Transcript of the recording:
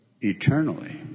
eternally